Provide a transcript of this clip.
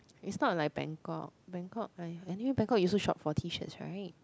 is not like Bangkok Bangkok I anyway Bangkok you also shop for T-shirts right